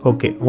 Okay